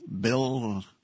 bill